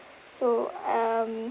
so um